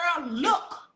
look